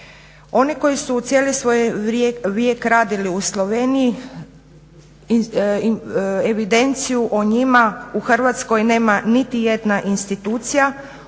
Oni koji su u cijeli svoj vijek radili u Sloveniji evidenciju o njima u Hrvatskoj nema niti jedna institucija